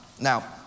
Now